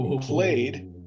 played